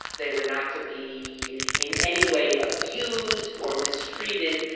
they were not to be in any way abused or mistreated.